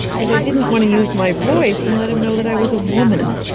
because i didn't want to use my voice and let him know that i was a woman.